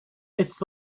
its